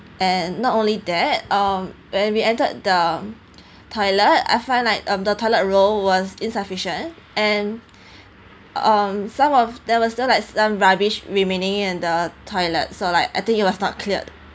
and not only that um when we entered the toilet I find like um the toilet roll was insufficient and um some of there was still like some rubbish remaining in the toilet so like I think it was not cleared